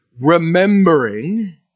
remembering